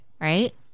right